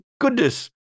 goodness